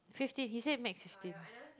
fifteen he say max fifteen